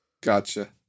Gotcha